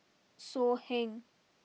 So Heng